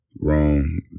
wrong